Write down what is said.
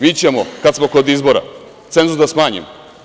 Mi ćemo, kad smo izbora, cenzus da smanjimo.